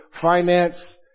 finance